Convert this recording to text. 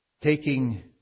taking